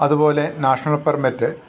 അതുപോലെ national permit